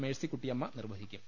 Mercykuttyamma നിർവൃഹിക്കും